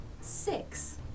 six